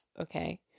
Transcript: okay